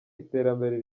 iterambere